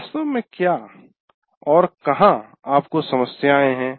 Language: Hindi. वास्तव में क्या और कहाँ आपको समस्याएँ हैं